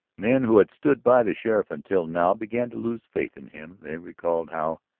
men who had stood by the sheriff until now began to lose faith in him. they recalled how,